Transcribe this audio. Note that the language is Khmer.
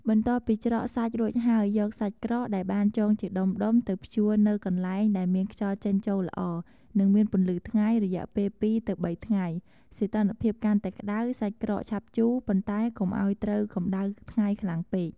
បន្ទាប់ពីច្រកសាច់រួចហើយ យកសាច់ក្រកដែលបានចងជាដុំៗ ទៅព្យួរនៅកន្លែងដែលមានខ្យល់ចេញចូលល្អ និងមានពន្លឺថ្ងៃ រយៈពេល ២ ទៅ ៣ ថ្ងៃ សីតុណ្ហភាពកាន់តែក្ដៅ សាច់ក្រកឆាប់ជូរ ប៉ុន្តែកុំឱ្យត្រូវកម្ដៅថ្ងៃខ្លាំងពេក។